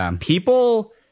people